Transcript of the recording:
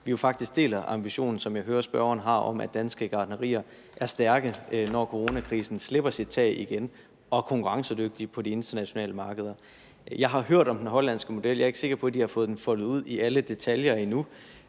spørgeren har, om, at danske gartnerier er stærke, når coronakrisen slipper sit tag igen, og konkurrencedygtige på de internationale markeder. Jeg har hørt om den hollandske model; jeg er ikke sikker på, at de har fået den foldet ud i alle detaljer endnu,